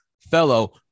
fellow